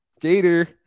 Gator